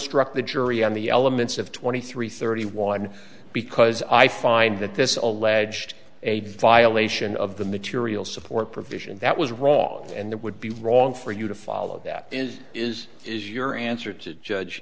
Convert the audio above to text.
struct the jury on the elements of twenty three thirty one because i find that this alleged a violation of the material support provision that was wrong and that would be wrong for you to follow that is is is your answer to judge